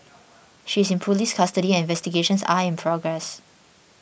she is in police custody and investigations are in progress